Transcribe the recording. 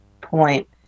point